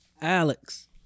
Alex